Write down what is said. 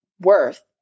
worth